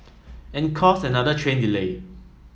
and cause another train delay